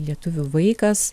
lietuvių vaikas